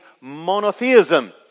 monotheism